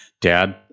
dad